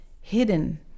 hidden